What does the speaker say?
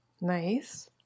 nice